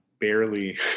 barely